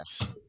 Yes